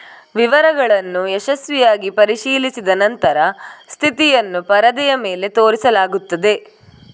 ವಿವರಗಳನ್ನು ಯಶಸ್ವಿಯಾಗಿ ಪರಿಶೀಲಿಸಿದ ನಂತರ ಸ್ಥಿತಿಯನ್ನು ಪರದೆಯ ಮೇಲೆ ತೋರಿಸಲಾಗುತ್ತದೆ